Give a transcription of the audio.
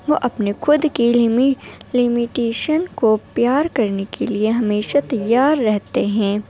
وہ اپنے خود کی لمیٹیشن کو پیار کرنے کے لیے ہمیشہ تیار رہتے ہیں